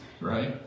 right